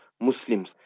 Muslims